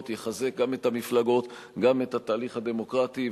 ויחזק גם את המפלגות וגם את התהליך הדמוקרטי,